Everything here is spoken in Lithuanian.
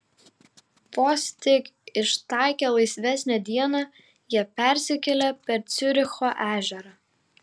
vos tik ištaikę laisvesnę dieną jie persikelia per ciuricho ežerą